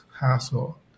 hassle